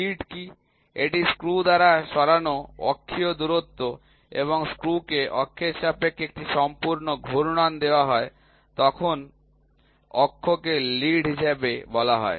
lead কী এটি screw দ্বারা সরানো অক্ষীয় দূরত্ব যখন স্ক্রু কে অক্ষের সাপেক্ষে একটি সম্পূর্ণ ঘূর্ণন দেওয়া হয় তখন অক্ষকে লিড হিসাবে বলা হয়